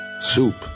soup